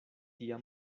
tia